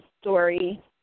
story